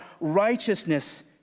righteousness